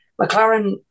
McLaren